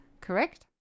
Correct